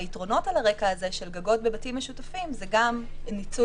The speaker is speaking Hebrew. והיתרונות על הרקע הזה של גגות בבתים משותפים זה גם ניצול